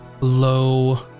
low